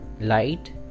light